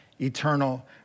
eternal